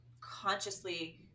consciously